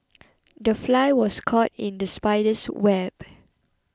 the fly was caught in the spider's web